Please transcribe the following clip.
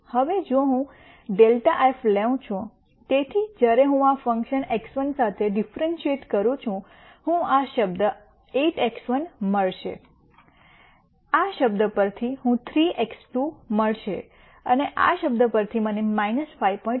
હવે જો હું ∇f લેવ છુંતેથી જ્યારે હું આ ફંકશન x1 સાથે ડિફરેન્શીઅત કરું છુંહું આ શબ્દ 8x1 મળશેઆ શબ્દ પરથી હું 3 x2 મળશે અને આ શબ્દ પરથી મને 5